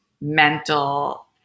mental